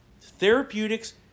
therapeutics